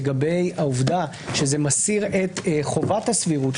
לגבי העובדה שזה מסיר את חובת הסבירות,